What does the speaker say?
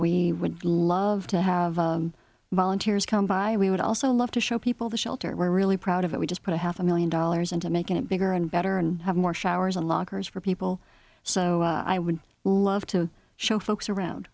we would love to have volunteers come by we would also love to show people the shelter we're really proud of that we just put a half a million dollars into making it bigger and better and have more showers and lockers for people so i would love to show folks around